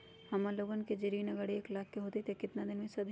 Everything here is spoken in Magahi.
हमन लोगन के जे ऋन अगर एक लाख के होई त केतना दिन मे सधी?